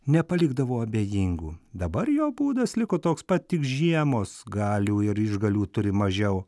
nepalikdavo abejingų dabar jo būdas liko toks pat tik žiemos galių ir išgalių turi mažiau